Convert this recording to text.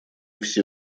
все